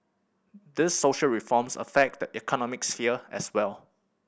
these social reforms affect the economic sphere as well